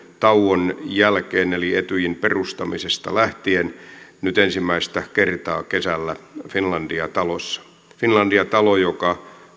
tauon jälkeen eli etyjin perustamisen jälkeen nyt ensimmäistä kertaa kesällä finlandia talossa finlandia talossa joka